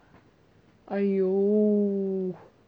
!aiyo!